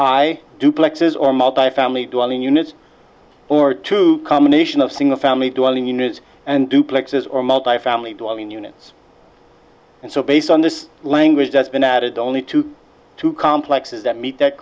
duplexes or multifamily dwelling units or two combination of single family dwelling units and duplexes or multi family dwelling units and so based on this language that's been added only to two complexes that meet that